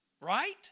Right